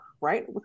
right